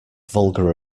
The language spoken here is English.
vulgar